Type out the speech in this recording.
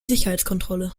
sicherheitskontrolle